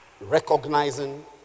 Recognizing